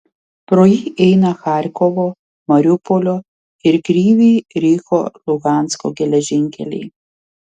pro jį eina charkovo mariupolio ir kryvyj riho luhansko geležinkeliai